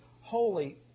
holy